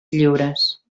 lliures